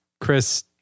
Chris-